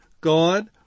God